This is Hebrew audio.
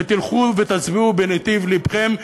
ותלכו ותצביעו בנתיב לבכם,